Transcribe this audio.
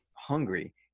hungry